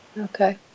okay